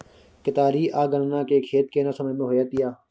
केतारी आ गन्ना के खेती केना समय में होयत या?